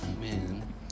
Man